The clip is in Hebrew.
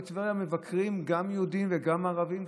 בטבריה מבקרים גם יהודים וגם ערבים.